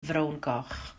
frowngoch